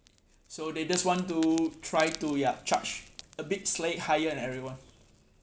so they just want to try to ya charge a bit slightly higher than everyone